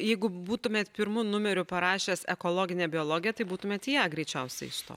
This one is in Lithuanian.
jeigu būtumėt pirmu numeriu parašęs ekologinę biologę tai būtumėt į ją greičiausiai įstojęs